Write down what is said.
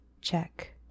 Check